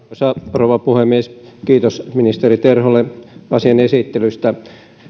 rouva puhemies kiitos ministeri terholle asian esittelystä